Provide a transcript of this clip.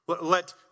Let